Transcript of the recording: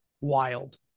wild